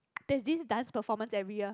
that this done performance every year